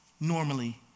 normally